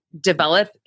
develop